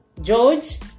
george